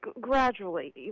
gradually